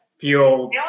fuel